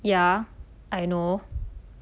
ya I know